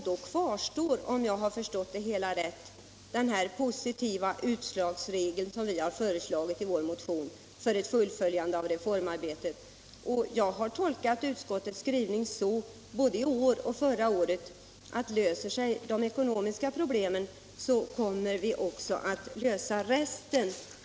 Då kvarstår, om jag har förstått det hela rätt, den positiva utslagsregeln, som vi har föreslagit i vår motion, för ett fullföljande av reformarbetet. Jag har tolkat utskottets skrivning så, både i år och förra året, att löser sig de ekonomiska problemen så kommer vi också att lösa resten av problemen.